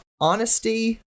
Honesty